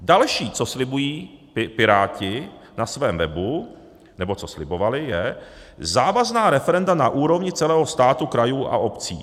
Další, co slibují Piráti na svém webu, nebo co slibovali, je závazná referenda na úrovni celého státu, krajů a obcí.